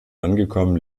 angekommen